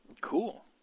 Cool